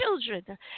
children